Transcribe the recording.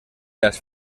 las